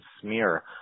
smear